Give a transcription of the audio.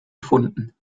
erfunden